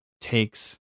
takes